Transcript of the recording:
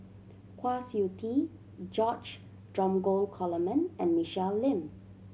Kwa Siew Tee George Dromgold Coleman and Michelle Lim